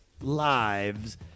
lives